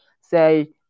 say